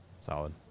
solid